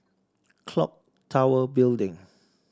Clock Tower Building